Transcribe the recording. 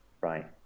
Right